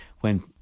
when-